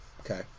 okay